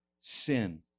sin